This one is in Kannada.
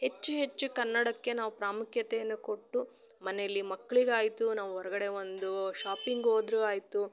ಹೆಚ್ಚು ಹೆಚ್ಚು ಕನ್ನಡಕ್ಕೆ ನಾವು ಪ್ರಾಮುಖ್ಯತೆಯನ್ನು ಕೊಟ್ಟು ಮನೇಲಿ ಮಕ್ಕಳಿಗಾಯ್ತು ನಾವು ಹೊರ್ಗಡೆ ಒಂದು ಶಾಪಿಂಗ್ ಹೋದ್ರು ಆಯಿತು